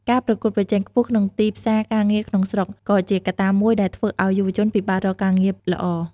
ការប្រកួតប្រជែងខ្ពស់ក្នុងទីផ្សារការងារក្នុងស្រុក ក៏ជាកត្តាមួយដែលធ្វើឱ្យយុវជនពិបាករកការងារល្អ។